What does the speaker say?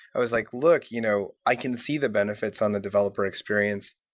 i was like, look. you know i can see the benefits on the developer experience.